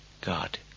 God